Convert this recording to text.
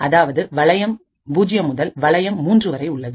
அதாவது வளையம் 0 முதல் வளையம் 3 வரை உள்ளது